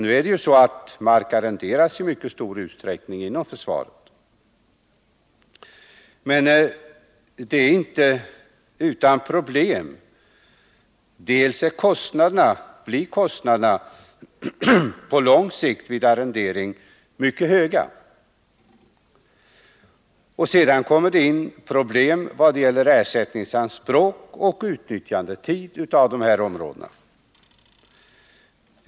Nu är det ju så att mark arrenderas i mycket stor utsträckning inom försvaret. Men det är inte utan problem. Dels blir kostnaderna på lång sikt vid arrendering mycket höga, dels uppstår problem när det gäller ersättningsanspråk och nyttjandetid för de här områdena.